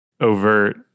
overt